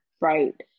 right